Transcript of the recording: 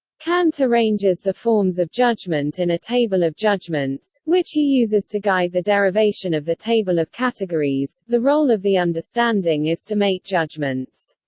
kant arranges the forms of judgment in a table of judgments, which he uses to guide the derivation of the table of categories the role of the understanding is to make judgments.